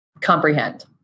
comprehend